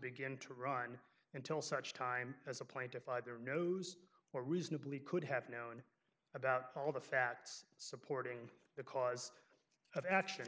begin to run until such time as a plaintiff either knows or reasonably could have known about all the facts supporting the cause of action